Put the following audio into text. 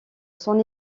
son